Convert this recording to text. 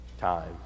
time